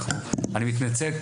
אני מתנצל,